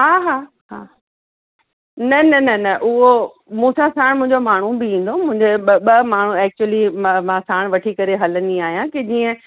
हा हा हा न न न न उहो मूंसां साण मुंहिंजो माण्हू बि ईंदो मुंहिंजो ॿ ॿ माण्हू एक्चुली मां मां साण वठी करे हलंदी आहियां की जीअं